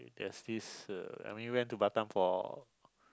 there's this uh I mean went to Batam for